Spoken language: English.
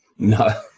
No